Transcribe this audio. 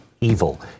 evil